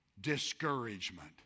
discouragement